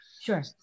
Sure